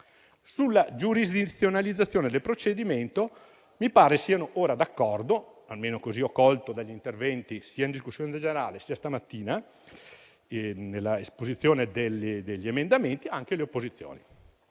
Sulla giurisdizionalizzazione del procedimento mi pare siano ora d'accordo - almeno così ho colto dagli interventi sia in discussione generale che questa mattina nell'illustrazione degli emendamenti - anche le opposizioni.